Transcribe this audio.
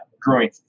growing